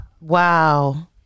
wow